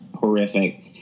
horrific